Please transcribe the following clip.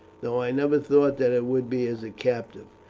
though i never thought that it would be as a captive.